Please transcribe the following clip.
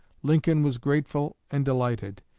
lincoln was grateful and delighted.